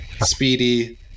speedy